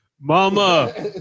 Mama